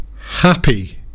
happy